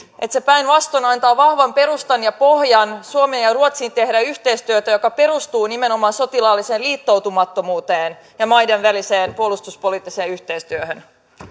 että se päinvastoin antaa vahvan perustan ja pohjan suomen ja ruotsin tehdä yhteistyötä joka perustuu nimenomaan sotilaalliseen liittoutumattomuuteen ja maiden väliseen puolustuspoliittiseen yhteistyöhön